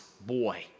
boy